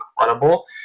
incredible